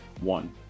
One